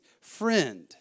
friend